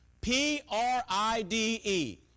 P-R-I-D-E